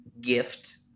gift